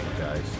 guys